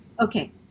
Okay